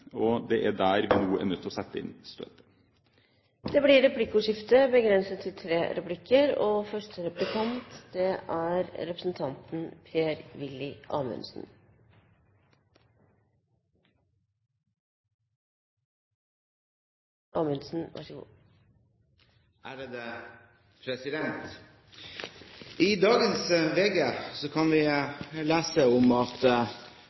og det er der vi nå er nødt til å sette inn støtet. Det blir replikkordskifte. I dagens VG kan vi lese at